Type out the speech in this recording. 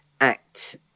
act